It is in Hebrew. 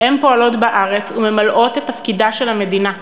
פועלות בארץ וממלאות את תפקידה של המדינה,